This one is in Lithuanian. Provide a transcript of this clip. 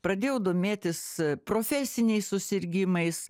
pradėjau domėtis profesiniais susirgimais